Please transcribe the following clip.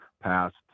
passed